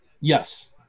Yes